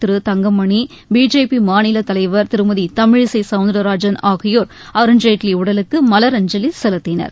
திரு Thangamani BJP மாநில தலைவர் திருமதி தமிழிசை கவுந்தரராஜன் ஆகியோர் அருண்ஜேட்லி உடலுக்கு மலரஞ்சலி செலுத்தினர்